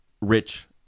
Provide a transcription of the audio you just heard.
rich